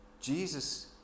Jesus